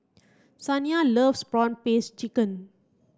Saniya loves prawn paste chicken